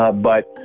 ah but,